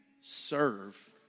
serve